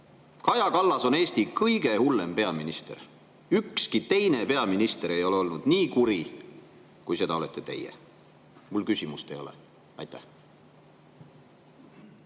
Kaja Kallas on Eesti kõige hullem peaminister. Ükski teine peaminister ei ole olnud nii kuri, kui seda olete teie. Mul küsimust ei ole. Härra